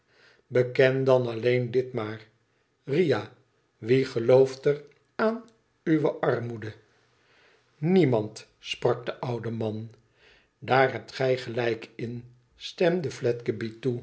beken dan alleen dit maar ria wie gelooft er aan uwe armoede niemand sprak de oude man daar hebt gij gelijk in stemde